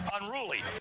unruly